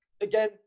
again